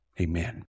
Amen